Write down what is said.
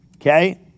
Okay